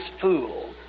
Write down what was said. fool